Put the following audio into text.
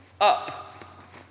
up